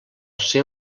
ser